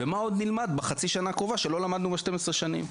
ומה עוד נלמד בחצי השנה הקרובה שלא למדנו ב-12 שנים?